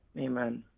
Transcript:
amen.